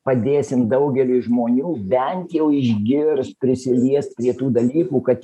padėsim daugeliui žmonių bent jau išgirst prisiliest prie tų dalykų kad